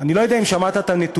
אני לא יודע אם שמעת את הנתונים,